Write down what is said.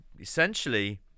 essentially